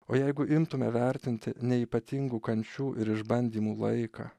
o jeigu imtume vertinti ne ypatingų kančių ir išbandymų laiką